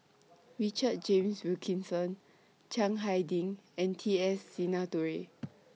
Richard James Wilkinson Chiang Hai Ding and T S Sinnathuray